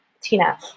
Tina